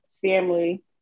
family